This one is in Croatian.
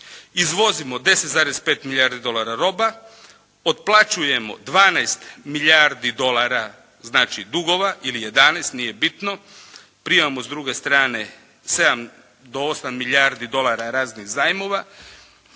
Izvozimo 10,5 milijardi dolara roba. Otplaćujemo 12 milijardi dolara znači dugova ili 11 nije bitno. Primamo s druge strane 7 do 8 milijardi dolara raznih zajmova.